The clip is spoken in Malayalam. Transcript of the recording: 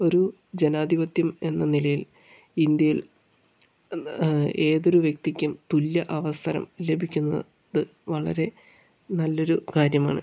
ഒരു ജനാധിപത്യം എന്ന നിലയിൽ ഇന്ത്യയിൽ ഏതൊരു വ്യക്തിക്കും തുല്യ അവസരം ലഭിക്കുന്നത് വളരെ നല്ലൊരു കാര്യമാണ്